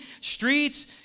streets